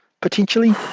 potentially